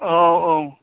औ औ